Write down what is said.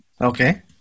Okay